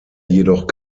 jedoch